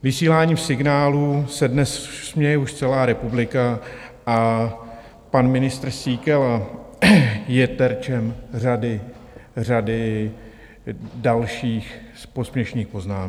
Vysílání signálů se dnes směje už celá republika a pan ministr Síkela je terčem řady dalších posměšných poznámek.